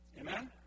Amen